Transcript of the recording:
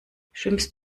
schwimmst